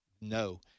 no